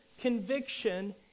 conviction